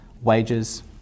wages